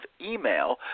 email